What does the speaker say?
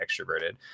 extroverted